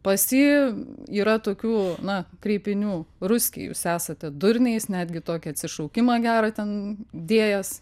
pas jį yra tokių na kreipinių ruskiai jūs esate durniais netgi tokį atsišaukimą gerą ten dėjęs